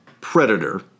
Predator